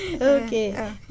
okay